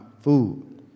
food